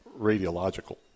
radiological